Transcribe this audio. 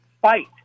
fight